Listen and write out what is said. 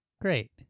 Great